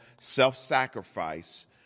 self-sacrifice